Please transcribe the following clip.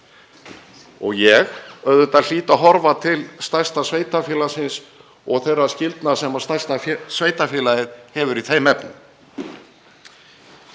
Ég hlýt auðvitað að horfa til stærsta sveitarfélagsins og þeirra skyldna sem stærsta sveitarfélagið hefur í þeim efnum.